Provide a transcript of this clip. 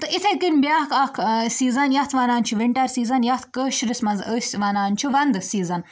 تہٕ یِتھَے کٔنۍ بیٛاکھ اَکھ سیٖزَن یَتھ وَنان چھِ وِنٹَر سیٖزَن یَتھ کٲشرِس منٛز أسۍ وَنان چھِ وَندٕ سیٖزَن